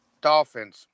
Dolphins